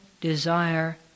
desire